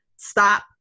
stop